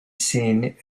seen